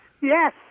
yes